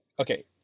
okay